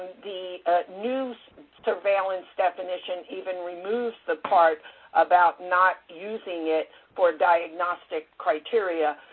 the new surveillance definition even removed the part about not using it for diagnostic criteria.